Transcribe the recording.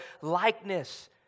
likeness